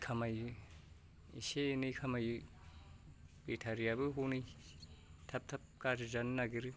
खामायो इसे एनै खामायो बेटारि याबो हनै थाब थाब गाज्रि जानो नागिरो